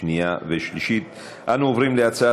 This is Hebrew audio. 34 בעד,